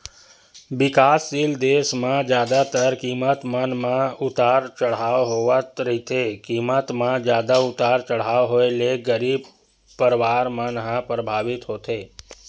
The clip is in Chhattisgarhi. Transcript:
बिकाससील देस म जादातर कीमत मन म के उतार चड़हाव होवत रहिथे कीमत म जादा उतार चड़हाव होय ले गरीब परवार मन ह परभावित होथे